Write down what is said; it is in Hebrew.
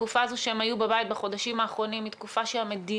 התקופה הזו שהם היו בבית בחודשים האחרונים היא תקופה שהמדינה